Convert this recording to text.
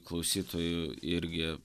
klausytojų irgi